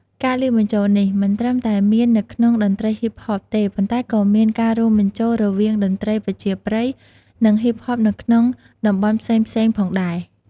ការលាយបញ្ចូលនេះមិនត្រឹមតែមាននៅក្នុងតន្ត្រីហ៊ីបហបទេ ប៉ុន្តែក៏មានការរួមបញ្ចូលរវាងតន្ត្រីប្រជាប្រិយ និងហ៊ីបហបនៅក្នុងតំបន់ផ្សេងៗផងដែរ។